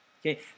Okay